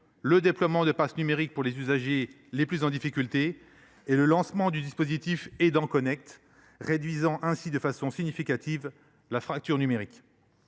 le déploiement de passes numériques pour les usagers les plus en difficulté et le lancement du dispositif Aidants Connect, réduisant ainsi de manière significative la fracture numérique.